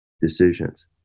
decisions